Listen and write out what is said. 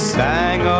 sang